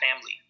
family